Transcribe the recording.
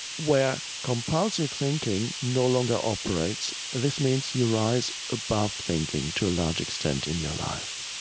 where compulsive thinking no longer operates. this means you rise above thinking to a large extent in your life.